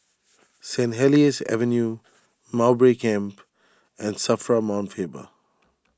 Saint Helier's Avenue Mowbray Camp and Safra Mount Faber